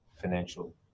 financial